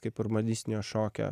kaip urbanistinio šokio